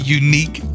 unique